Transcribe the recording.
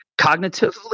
cognitively